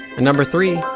number three,